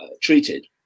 treated